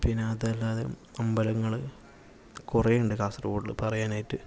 പിന്നെ അതല്ലാതെ അമ്പലങ്ങള് കുറെ ഉണ്ട് കാസർഗോഡ് പറയാനായിട്ട്